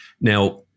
Now